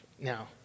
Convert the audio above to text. now